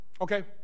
Okay